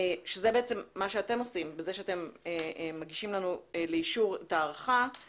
שזה בעצם מה שאתם עושים בזה שאתם מגישים לנו לאישור את ההארכה,